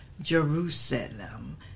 Jerusalem